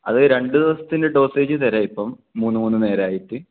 അത് രണ്ടു ദിവസത്തിൻ്റെ ഡോസേജ് തരാം ഇപ്പം മൂന്നു മൂന്നു നേരമായിട്ട്